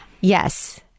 yes